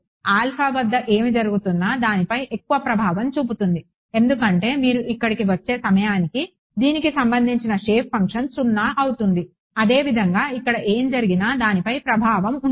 alpha వద్ద ఏమి జరుగుతున్నా దానిపై ఎక్కువ ప్రభావం చూపుతుంది ఎందుకంటే మీరు ఇక్కడికి వచ్చే సమయానికి దీనికి సంబంధించిన షేప్ ఫంక్షన్ 0 అవుతుంది అదేవిధంగా ఇక్కడ ఏమి జరిగినా దానిపై ప్రభావం ఉండదు